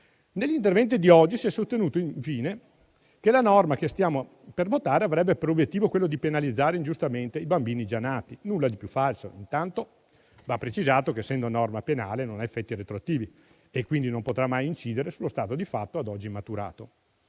Negli interventi di oggi si è sostenuto, infine, che la norma che stiamo per votare avrebbe per obiettivo penalizzare ingiustamente i bambini già nati: nulla di più falso. Intanto va precisato che, essendo norma penale, non ha effetti retroattivi e, quindi, non potrà mai incidere sullo stato di fatto ad oggi maturato.